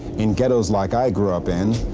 in ghettos like i grew up in,